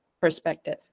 perspective